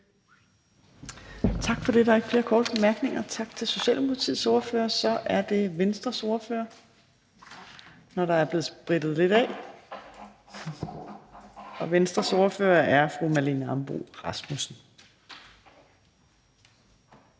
Tak for det. Der er ikke flere korte bemærkninger. Tak til Socialdemokratiets ordfører. Så er det Venstres ordfører – når der er blevet sprittet lidt af – og Venstres ordfører er fru Marlene Ambo-Rasmussen.